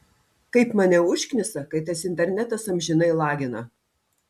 kaip mane užknisa kai tas internetas amžinai lagina